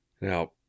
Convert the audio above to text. Now